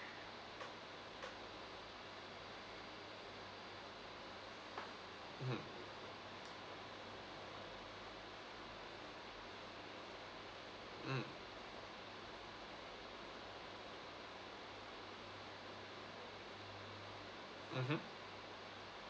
mm mm mmhmm